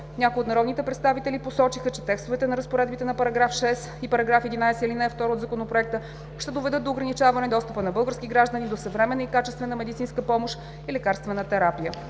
Някои от народните представители посочиха, че текстовете на разпоредбите на § 6 и § 11, ал. 2 от Законопроекта ще доведат до ограничаване достъпа на българските граждани до съвременна и качествена медицинска помощ и лекарствена терапия.